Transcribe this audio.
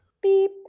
Beep